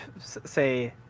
say